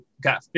got